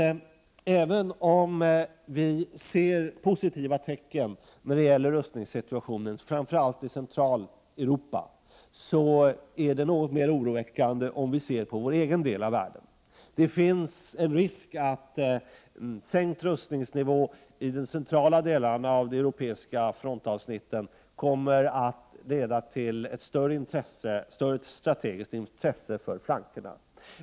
Även om vi ser positiva tecken när det gäller rustningssituationen, framför allt i Centraleuropa, är det något mer oroväckande i vår egen del av världen. Det finns en risk att en sänkt rustningsnivå i de centrala delarna av det europeiska frontavsnittet kommer att leda till ett större strategiskt intresse för flankerna.